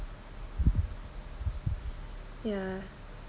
ya